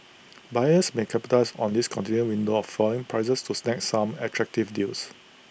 buyers may capitalise on this continued window of falling prices to snag some attractive deals